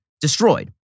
destroyed